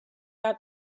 out